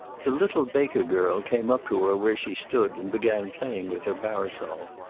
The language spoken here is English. the little baker girl came up to her where she stood, and began playing with her parasol.